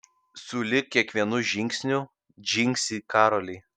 sulig kiekvienu žingsniu dzingsi karoliai